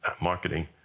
marketing